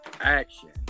Action